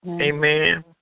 Amen